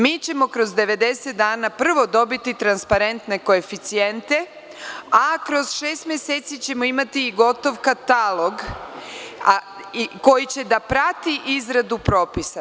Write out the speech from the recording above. Mi ćemo kroz 90 dana prvo dobiti transparentne koeficijente, a kroz šest meseci ćemo imati gotov katalog koji će da prati izradu propisa.